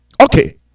Okay